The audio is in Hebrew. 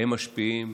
הם משפיעים,